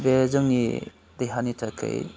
बे जोंनि देहानि थाखै